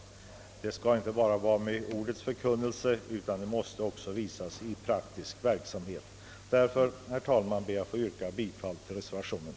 Här skall det inte endast vara fråga om en ordets förkunnelse, utan vår vilja måste också visa sig i praktisk verksamhet. Herr talman! Med det anförda ber jag få yrka bifall till reservationen.